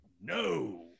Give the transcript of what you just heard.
no